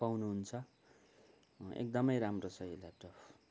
पाउनुहुन्छ एकदमै राम्रो छ यो ल्यापटप